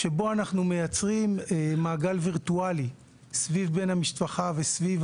שבה אנחנו מייצרים מעגל וירטואלי סביב בן המשפחה וסביב